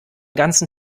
ganzen